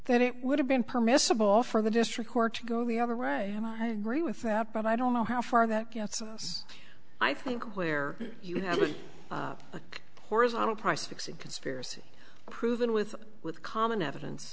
that it would have been permissible for the district court to go the other way and i agree with that but i don't know how far that gets us i think where you have a horizontal price fixing conspiracy proven with with common evidence